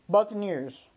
Buccaneers